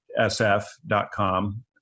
sf.com